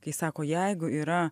kai sako jeigu yra